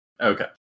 Okay